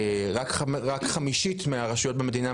רק חמישית מכלל רשויות המדינה,